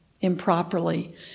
improperly